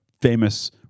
famous